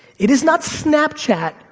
it is not snapchat,